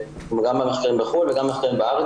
גם מחקרים בחו"ל וגם מחקרים בארץ,